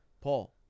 Paul